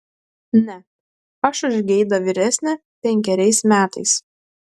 ne aš už geidą vyresnė penkeriais metais